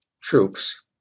troops